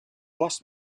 lost